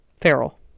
feral